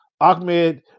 Ahmed